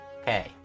Okay